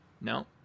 No